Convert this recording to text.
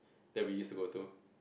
that we used to go to